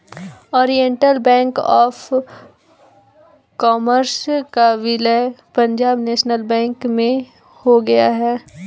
Oriental Bank of Commerce का विलय Punjab National Bank में हो गया है